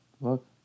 Look